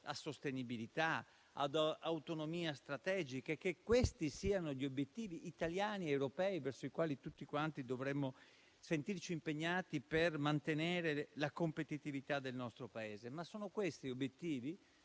sostenibilità e autonomia strategica e che questi siano gli obiettivi italiani ed europei verso i quali tutti dovremmo sentirci impegnati per mantenere la competitività del nostro Paese, ma rispetto a questi obiettivi